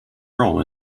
role